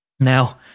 Now